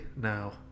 now